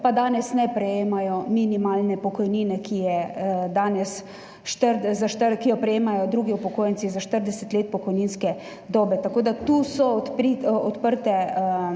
pa danes ne prejemajo minimalne pokojnine, ki jo prejemajo drugi upokojenci za 40 let pokojninske dobe. Tu je odprtih